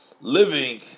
living